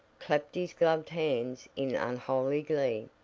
clapped his gloved hands in unholy glee.